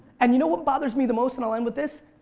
and you know what bothers me the most, and i'll end with this,